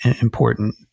important